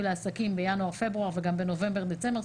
לעסקים בינואר-פברואר וגם בנובמבר-דצמבר.